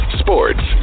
sports